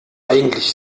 eigentlich